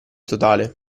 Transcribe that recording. totale